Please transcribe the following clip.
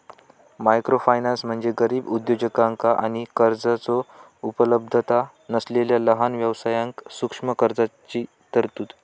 microfinance म्हणजे गरीब उद्योजकांका आणि कर्जाचो उपलब्धता नसलेला लहान व्यवसायांक सूक्ष्म कर्जाची तरतूद